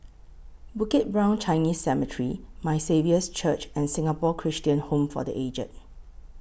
Bukit Brown Chinese Cemetery My Saviour's Church and Singapore Christian Home For The Aged